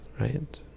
right